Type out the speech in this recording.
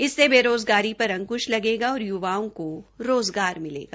इससे बेरोजगारी पर अंकुश लगेगा और युवाओ को रोजगार मिलेगा